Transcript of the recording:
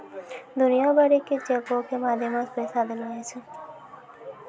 दुनिया भरि मे चेको के माध्यम से पैसा देलो जाय सकै छै